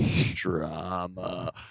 Drama